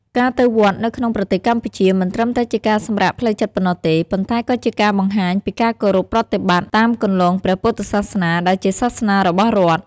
ការទៅវត្តនៅក្នុងប្រទេសកម្ពុជា មិនត្រឹមតែជាការសម្រាកផ្លូវចិត្តប៉ុណ្ណោះទេ ប៉ុន្តែក៏ជាការបង្ហាញពីការគោរពប្រតិបត្តិតាមគន្លងព្រះពុទ្ធសាសនាដែលជាសាសនារបស់រដ្ឋ។